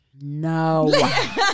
no